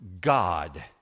God